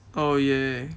oh !yay!